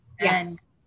Yes